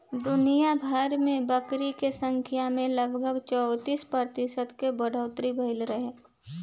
दुनियाभर में बकरी के संख्या में लगभग चौंतीस प्रतिशत के बढ़ोतरी भईल रहे